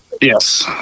Yes